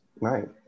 Right